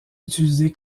utilisé